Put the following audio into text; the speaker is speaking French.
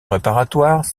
préparatoires